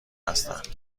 هستند